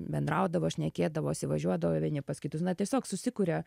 bendraudavo šnekėdavosi važiuodavo vieni pas kitus na tiesiog susikuria